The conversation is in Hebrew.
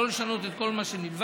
לא לשנות את כל מה שנלווה,